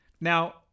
Now